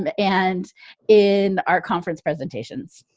um and in our conference presentations.